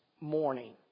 morning